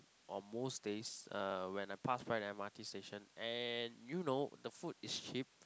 on most days uh when I pass by the m_r_t station and you know the food is cheap